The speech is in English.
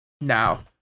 now